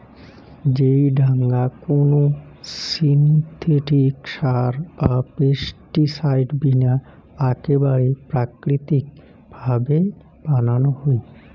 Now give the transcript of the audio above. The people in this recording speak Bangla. যেই ডাঙা কোনো সিনথেটিক সার বা পেস্টিসাইড বিনা আকেবারে প্রাকৃতিক ভাবে বানানো হই